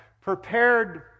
prepared